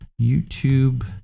YouTube